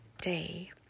day